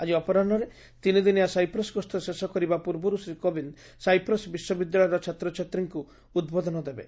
ଆଜି ଅପରାହ୍ନରେ ତିନିଦିନିଆ ସାଇପ୍ରସ୍ ଗସ୍ତ ଶେଷ କରିବା ପୂର୍ବରୁ ଶ୍ରୀ କୋବିନ୍ଦ ସାଇପ୍ରସ୍ ବିଶ୍ୱବିଦ୍ୟାଳୟର ଛାତ୍ରଛାତ୍ରୀଙ୍କୁ ଉଦ୍ବୋଧନ ଦେବେ